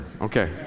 Okay